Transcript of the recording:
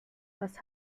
was